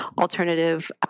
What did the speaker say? alternative